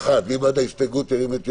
ירים את ידו.